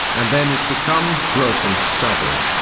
and then it becomes broken stubble.